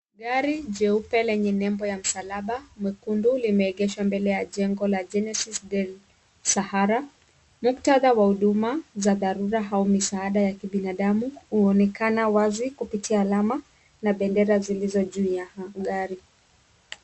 Gari jeupe lenye nembo ya msalaba mwekundu limeegeshwa mbele ya jengo la Genesis Del Sahara. Muktadha wa huduma za dharura au misaada ya kibinadamu huonekana wazi kupitia alama na bendera zilizo juu ya gari.